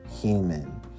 human